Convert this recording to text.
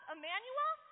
Emmanuel